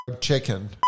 Chicken